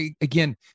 again